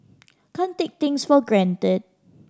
can't take things for granted